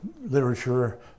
literature